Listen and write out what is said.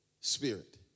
spirit